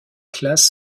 classes